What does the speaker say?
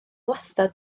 wastad